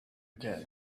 again